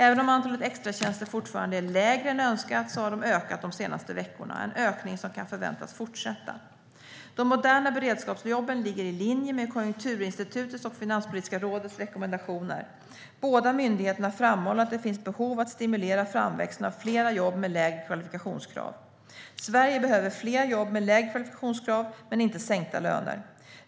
Även om antalet extratjänster fortfarande är lägre än önskat har de ökat de senaste veckorna - en ökning som kan förväntas fortsätta. De moderna beredskapsjobben ligger i linje med Konjunkturinstitutets och Finanspolitiska rådets rekommendationer. Båda myndigheterna framhåller att det finns behov av att stimulera framväxten av fler jobb med lägre kvalifikationskrav. Sverige behöver fler jobb med lägre kvalifikationskrav men inte sänkta löner.